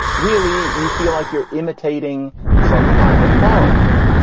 really? you feel like you're imitating some kind of foreigner.